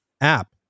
app